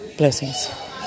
blessings